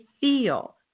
feel